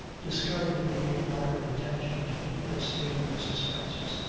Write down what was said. discovered the immoderate attention to neatness in mrs. francis,